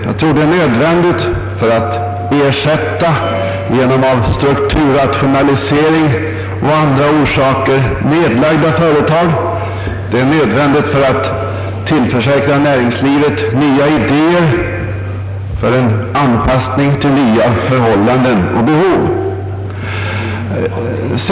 Jag tror det är nödvändigt för att ersätta genom strukturrationalisering och av andra orsaker nedlagda företag. Det är nödvändigt för att tillförsäkra näringslivet nya idéer, för att anpassa det till nya förhållanden och behov.